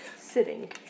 Sitting